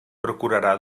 procurarà